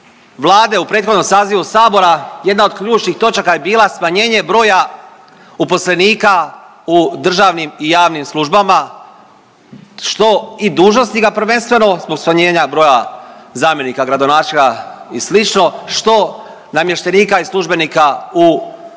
Vlade u prethodnom sazivu sabora, jedna od ključnih točaka je bila smanjenje broja uposlenika u državnim i javnim službama, što i dužnosnika prvenstveno zbog smanjenja broja zamjenika gradonačelnika i slično, što namještenika i službenika u državnim